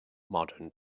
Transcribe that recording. modern